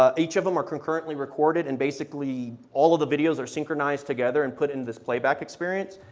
ah each of them are co-currently recorded and basically all of the videos are synchronized together and put in this playback experience.